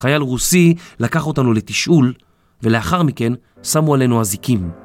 חייל רוסי לקח אותנו לתשאול, ולאחר מכן, שמו עלינו אזיקים.